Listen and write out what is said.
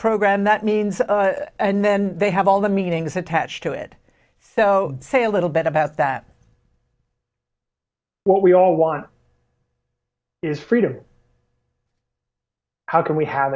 program that means and then they have all the meanings attached to it so say a little bit about that what we all want is freedom how can we have